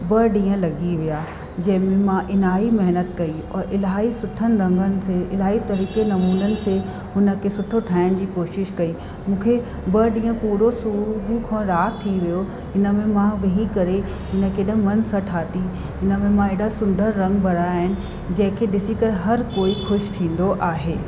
ब ॾींहं लॻी विया जंहिंमें मां इलाही महिनत कयी और इलाही सुठे रंगन से इलाही सुठे नमुननि से हुनखे सुठो ठाहिण जी कोशिशि कयी मूंखे ब ॾींहं पूरो सुबुह खों राति थी वियो हिनमें मां वही करे उनखे केॾे मन सां ठाती हिनमें मां हेॾा सुंदर रंग भरिया आहिनि जंहिंखे ॾिसी करे हर कोई ख़ुशि थींदो आहे